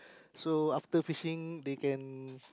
so after fishing they can